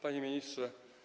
Panie Ministrze!